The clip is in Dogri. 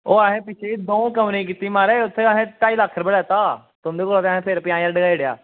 ओह् असें दंऊ कमरें च कीती म्हाराज उत्थें असें ढाई लक्ख रपेआ लैता तुंदे कोला फिर बी असें पंजाह् ज्हार रपेआ छड्डी ओड़ेआ